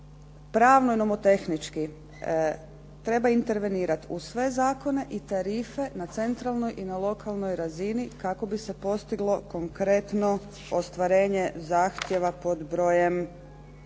pravno i nomotehnički treba intervenirati u sve zakone i tarife na centralnoj i na lokalnoj razini kako bi se postiglo konkretno ostvarenje zahtjeva pod brojem,